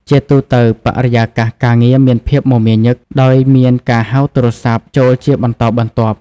ជាទូទៅ បរិយាកាសការងារមានភាពមមាញឹក ដោយមានការហៅទូរស័ព្ទចូលជាបន្តបន្ទាប់។